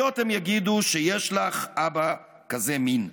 / לא יכול להיות, הם יגידו / שיש לך אבא כזה מין.